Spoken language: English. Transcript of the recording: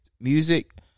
music